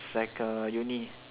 it's like a uni